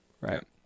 Right